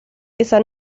esa